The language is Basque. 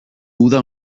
uda